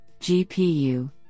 GPU